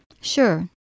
Sure